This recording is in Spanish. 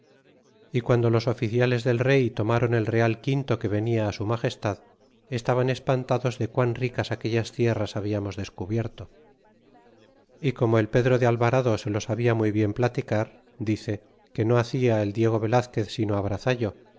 y guando los oficiales del rey tomron el real quinto que venia su magestad estaban espantados de qun ricas tierras hablamos descubierto y como el pedro de alvarado se lo sabia muy bien platicar dice que no hacia el diego velazquez sino